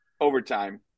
overtime